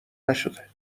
نشده